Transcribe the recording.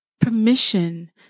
Permission